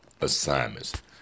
assignments